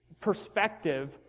perspective